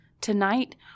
Tonight